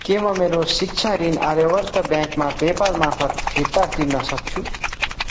के म मेरो शिक्षा ऋण आर्यव्रत ब्याङ्कमा पेपाल मार्फत् फिर्ता तिर्नसक्छु